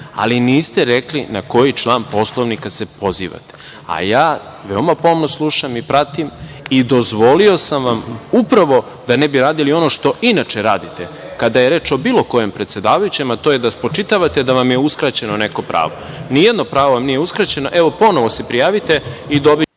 niste rekli na koji član Poslovnika se pozivate, a ja veoma pomno slušam i pratim i dozvolio sam vam, upravo da ne bi radili ono što inače radite, kada je reč o bilo kojem predsedavajućem, a to je da spočitavate da vam je uskraćeno neko pravo. Nijedno pravo vam nije uskraćeno, evo ponovo se prijavite i dobićete